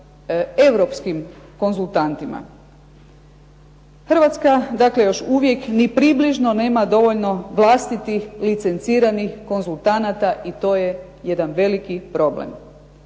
Hrvatska dakle još uvijek ni približno nema dovoljno vlastitih licenciranih konzultanata i to je jedan veliki problem.